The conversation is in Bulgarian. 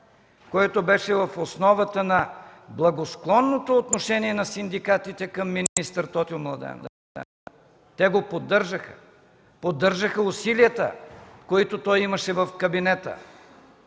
което беше в основата на благосклонното отношение на синдикатите към министър Тотю Младенов, те го поддържаха – поддържаха усилията, които той имаше в кабинета,